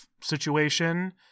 situation